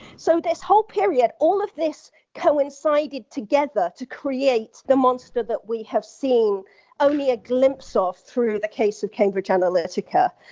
so, this whole period, all of this coincided together to create the monster that we have seen only a glimpse of through the case of cambridge analytica.